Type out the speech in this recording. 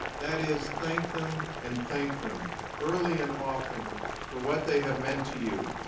that is thank them and thank them early and often for what they have meant to you.